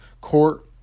court